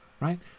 Right